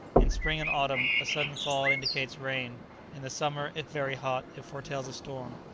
in spring and autumn a sudden fall indicates rain in the summer, if very hot, it foretells a storm.